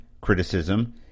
criticism